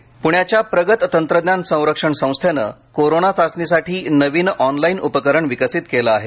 प्ण्याच्या प्रगत तंत्रज्ञान संरक्षण संस्थेने कोरोना चाचणीसाठी नवीन ऑनलाइन उपकरण विकसित केलं आहे